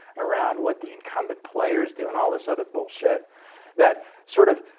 around what the incumbent players do and all this other bullshit that sort of